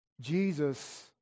Jesus